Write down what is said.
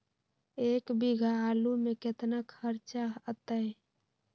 एक बीघा आलू में केतना खर्चा अतै?